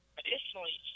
additionally